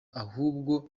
ahubwo